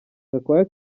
gakwaya